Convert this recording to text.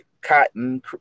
Cotton